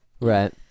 Right